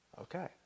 Okay